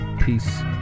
Peace